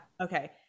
Okay